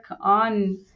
on